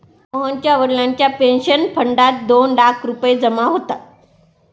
मोहनच्या वडिलांच्या पेन्शन फंडात दोन लाख रुपये जमा होतात